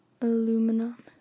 aluminum